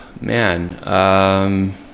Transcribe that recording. man